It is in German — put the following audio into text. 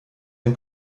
den